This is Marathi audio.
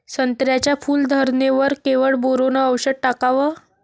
संत्र्याच्या फूल धरणे वर केवढं बोरोंन औषध टाकावं?